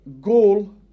goal